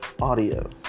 audio